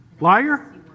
liar